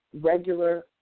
regular